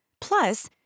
Plus